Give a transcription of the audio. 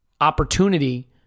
opportunity